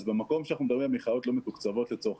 אז במקום שאנחנו מדברים על מכללות לא מתוקצבות לצורך